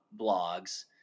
blogs